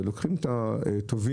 ולוקחים את הטובים,